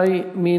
מי